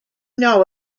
know